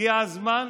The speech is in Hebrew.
הגיע הזמן,